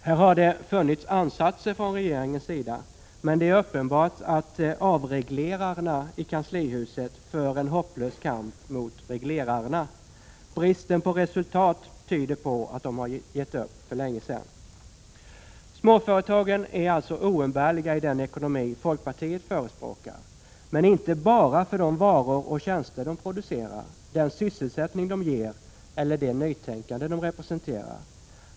Här har det funnits ansatser från regeringens sida, men det är uppenbart att avreglerarna i kanslihuset för en hopplös kamp mot reglerarna. Bristen på resultat tyder på att de har gett upp för länge sedan. Småföretagen är alltså oumbärliga i den ekonomi folkpartiet förespråkar. Men inte bara för de varor och tjänster man producerar, den sysselsättning de ger eller det nytänkande de representerar.